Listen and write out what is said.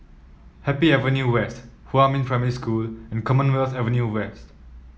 Happy Avenue West Huamin Primary School and Commonwealth Avenue West